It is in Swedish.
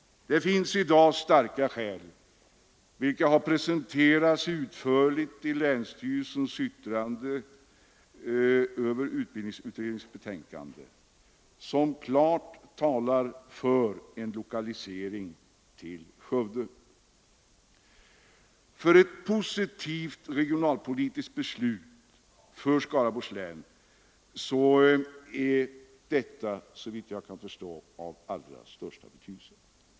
Det finns i dag starka skäl, som har presenterats utförligt i länsstyrelsens yttrande över utbildningsutredningens betänkande och som klart talar för en lokalisering till Skövde. För ett positivt regionalpolitiskt beslut när det gäller Skaraborgs län är detta, såvitt jag kan förstå, av allra största betydelse.